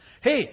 Hey